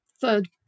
third